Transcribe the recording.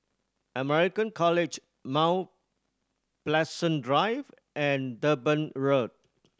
American College Mount Pleasant Drive and Durban Road